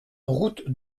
route